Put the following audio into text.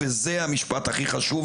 וזה המשפט הכי חשוב,